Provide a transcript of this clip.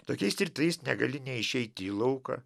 tokiais ir treis negali neišeiti į lauką